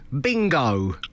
Bingo